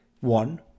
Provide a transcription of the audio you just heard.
one